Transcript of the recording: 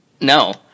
No